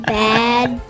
bad